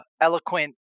eloquent